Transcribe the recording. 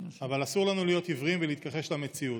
אבל אסור לנו להיות עיוורים ולהתכחש למציאות.